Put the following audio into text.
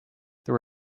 there